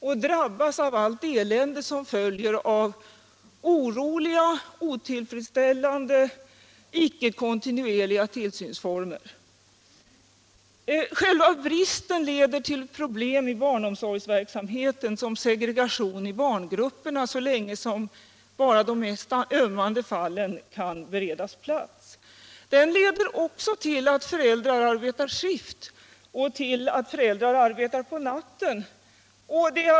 De drabbas av allt elände som följer av oroliga, otillfredsställande och icke kontinuerliga tillsynsformer. Själva bristen leder till sådana problem i barnomsorgsverksamheten som segregation i barngrupperna, så länge bara de mest ömmande fallen kan beredas plats. Den leder också till att föräldrar arbetar skift och till att föräldrar arbetar på natten.